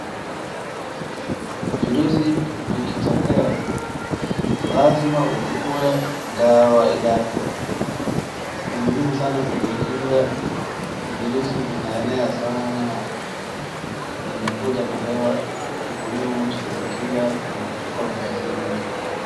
Virusi vikitokea lazima uchukue dawa yake, ni muhimu sana kujikinga virusi vinaenea sana vinakuja na hewa, ni muhimu mtu kujikinga na kuchukua vaccine yake.